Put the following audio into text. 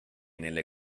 nelle